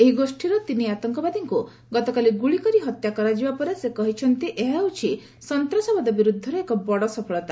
ଏହି ଗୋଷ୍ଠୀର ତିନି ଆତଙ୍କବାଦୀଙ୍କୁ ଗତକାଲି ଗୁଳିକରି ହତ୍ୟା କରାଯିବା ପରେ ସେ କହିଛନ୍ତି ଏହା ହେଉଛି ସନ୍ତାସବାଦ ବିରୁଦ୍ଧରେ ଏକ ବଡ଼ ସଫଳତା